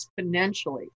exponentially